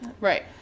Right